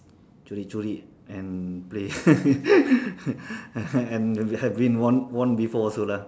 curi-curi and play and have been warned warned before also lah